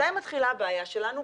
מתי מתחילה הבעיה שלנו?